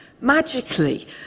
magically